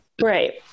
right